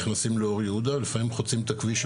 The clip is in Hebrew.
נכנסים לאור יהודה ולפעמים חוצים את הכביש,